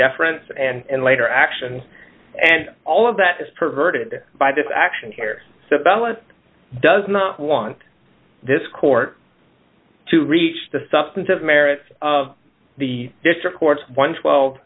deference and later action and all of that is perverted by this action here the ballot does not want this court to reach the substantive merits of the district court one